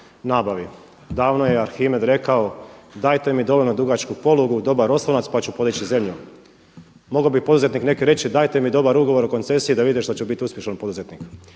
nabavi. Davno je Arhimed rekao „Dajte mi dovoljno dugačku polugu dobar oslonac pa ću podići zemlju#. Mogao bi neki poduzetnik reći dajte mi dobar ugovor o koncesiji da vide što ću biti uspješan poduzetnik.